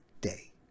day